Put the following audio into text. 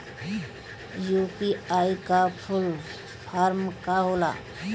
UPI का full form का होला?